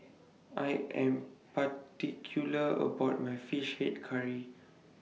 I Am particular about My Fish Head Curry